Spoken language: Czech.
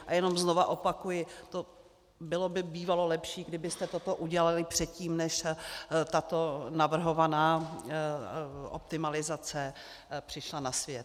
A jenom znovu opakuji, bylo by bývalo lepší, kdybyste toto udělali předtím, než tato navrhovaná optimalizace přišla na svět.